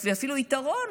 זה אפילו יתרון